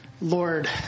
Lord